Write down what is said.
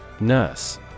Nurse